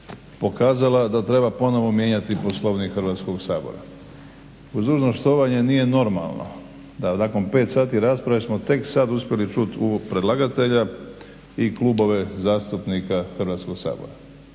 pokazala da treba ponovno mijenjati Poslovnik Hrvatskog sabora. Uz dužno štovanje nije normalno da nakon 5 sati rasprave tek sada smo uspjeli čuti uvod predlagatelja i klubove zastupnika Hrvatskog sabora.